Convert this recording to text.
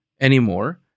anymore